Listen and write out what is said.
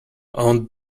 aunt